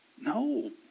No